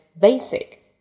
basic